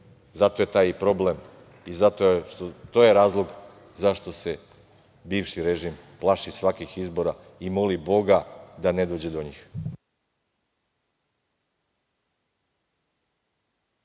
Zato je taj problem i to je razlog zašto se bivši režim plaši svakih izbora i moli boga da ne dođe do njih?